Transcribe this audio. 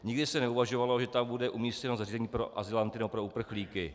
Nikdy se neuvažovalo, že tam bude umístěno zařízení pro azylanty nebo pro uprchlíky.